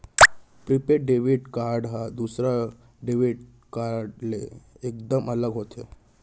prepaid debit card ह दूसर debit card ले एकदम अलग होथे